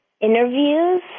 interviews